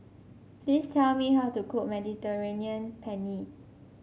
please tell me how to cook Mediterranean Penne